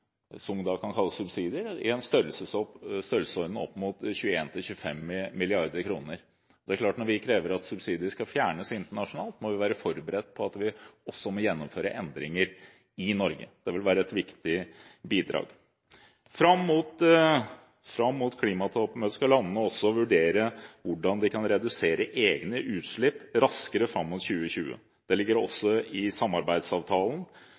klart at når vi krever at subsidier skal fjernes internasjonalt, må vi være forberedt på at vi også må gjennomføre endringer i Norge. Det vil være et viktig bidrag. Fram mot klimatoppmøtet skal landene vurdere hvordan de kan redusere egne utslipp raskere fram mot 2020. Det ligger også i samarbeidsavtalen